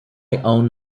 own